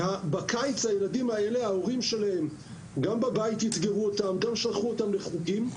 בקיץ ההורים של הילדים האלה אתגרו אותם בבית ושלחו אותם גם לחוגים,